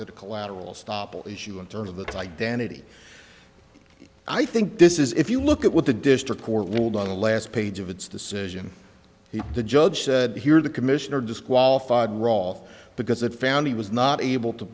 to the collateral estoppel issue in terms of that identity i think this is if you look at what the district court ruled on the last page of its decision here the judge said here the commissioner disqualified roth because it found he was not able to